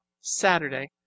Saturday